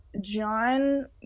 John